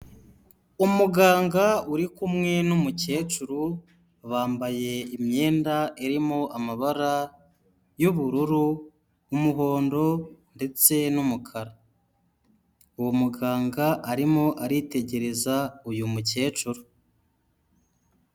Umuganga uri kumwe n'umukecuru, bambaye imyenda irimo amabara y'ubururu, umuhondo ndetse n'umukara, uwo muganga arimo aritegereza uyu mukecuru.